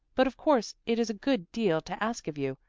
but of course it is a good deal to ask of you.